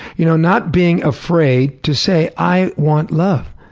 you know not being afraid to say i want love